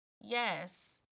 Yes